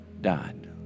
died